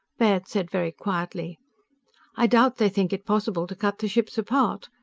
baird said very quietly i doubt they think it possible to cut the ships apart.